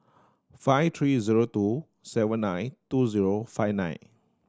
five three zero two seven nine two zero five nine